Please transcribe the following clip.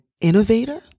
innovator